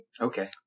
Okay